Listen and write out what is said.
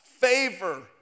favor